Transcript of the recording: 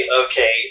okay